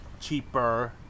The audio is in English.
cheaper